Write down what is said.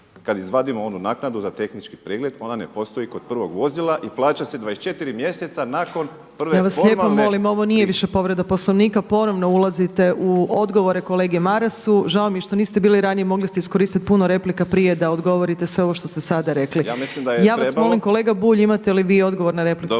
Kad izvadimo onu naknadu za tehnički pregled ona ne postoji kod prvog vozila i plaća se 24 mjeseca nakon prve formalne … **Opačić, Milanka (SDP)** Ja vas lijepo molim, ovo nije više povreda Poslovnika. Ponovno ulazite u odgovore kolegi Marasu. Žao mi je što niste bili ranije. Mogli ste iskoristiti puno replika prije da odgovorite sve ovo što ste sada rekli. Ja vas molim kolega Bulj imate li vi odgovor na repliku?